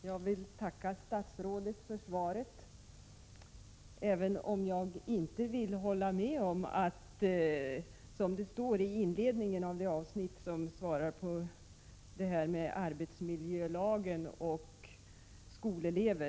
Herr talman! Jag vill tacka för svaret. Jag kan dock inte hålla med om vad som sägs i det avsnitt som tar upp tillämpningen av arbetsmiljölagen på skolelever.